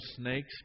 snakes